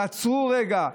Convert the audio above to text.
תעצרו רגע,